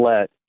let